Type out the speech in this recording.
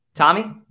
Tommy